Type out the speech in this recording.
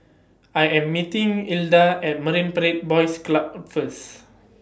I Am meeting Ilda At Marine Parade Boys Club First